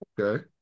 Okay